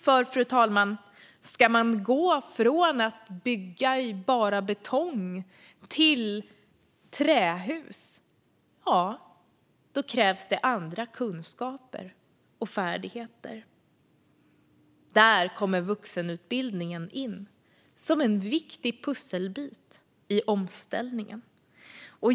För, fru talman, ska man gå från att bygga i bara betong till att bygga trähus krävs det andra kunskaper och färdigheter. Där kommer vuxenutbildningen in som en viktig pusselbit i omställningen.